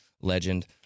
Legend